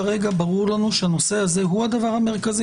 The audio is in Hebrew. כרגע ברור לנו שהנושא הזה הוא הדבר המרכזי